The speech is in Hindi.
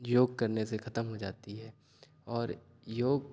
योग करने से खतम हो जाती है और योग